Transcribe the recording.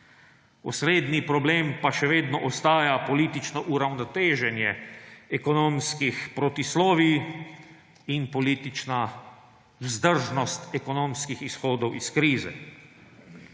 Osrednji problem pa še vedno ostaja politično uravnoteženje ekonomskih protislovij in politična vzdržnost ekonomskih izhodov iz krize.